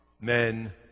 men